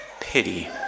pity